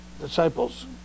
Disciples